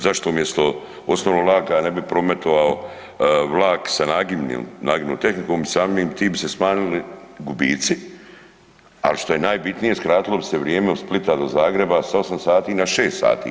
Zašto umjesto osnovnog vlaka ne bi prometovao vlak sa nagibnom tehnikom i samim tim bi se smanjili gubici, a što je najbitnije skratilo bi se vrijeme od Splita do Zagreba sa 8 sati na 6 sati.